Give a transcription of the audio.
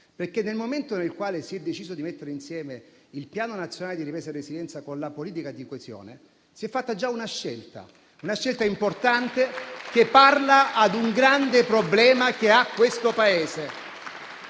Nel momento in cui si è deciso di mettere insieme il Piano nazionale di ripresa e resilienza con la politica di coesione, si è fatta già una scelta, una scelta importante che parla a un grande problema di questo Paese.